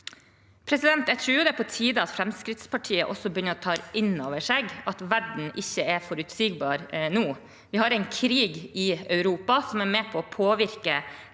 Jeg tror det er på tide at Fremskrittspartiet også begynner å ta inn over seg at verden ikke er forutsigbar nå. Vi har en krig i Europa som er med på å påvirke